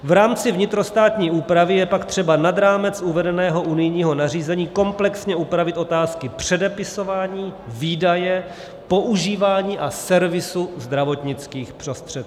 V rámci vnitrostátní úpravy je pak třeba nad rámec uvedeného unijního nařízení komplexně upravit otázky předepisování, výdeje, používání a servisu zdravotnických prostředků.